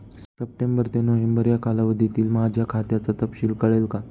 September ते November या कालावधीतील माझ्या खात्याचा तपशील कळेल का?